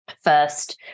first